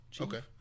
okay